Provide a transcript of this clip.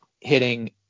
hitting